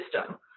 system